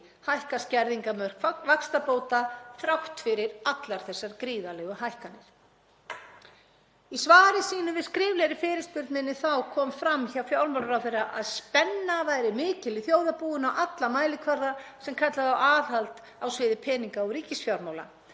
hækka skerðingarmörk vaxtabóta þrátt fyrir allar þessar gríðarlegu hækkanir. Í svari sínu við skriflegri fyrirspurn minni kom fram hjá fjármálaráðherra að spenna væri mikil í þjóðarbúinu á alla mælikvarða, sem kallaði á aðhald á sviði peninga- og ríkisfjármála.